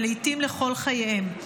ולעיתים לכל חייהם.